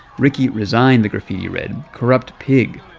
ricky resign, the graffiti read, corrupt pig,